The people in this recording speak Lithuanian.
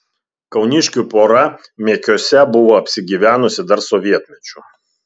kauniškių pora mekiuose buvo apsigyvenusi dar sovietmečiu